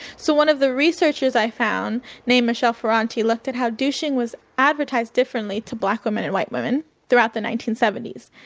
so one the researchers i found named michelle ferranti looked at how douching was advertised differently to black women and white women throughout the nineteen seventy s.